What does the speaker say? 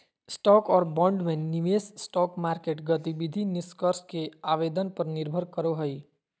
stock और bond में निवेश स्टॉक मार्केट गतिविधि निष्कर्ष के आवेदन पर निर्भर करो हइ